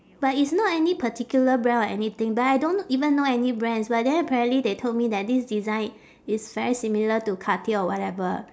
but it's not any particular brand or anything but I don't even know any brands but then apparently they told me that this design is very similar to cartier or whatever